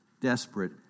desperate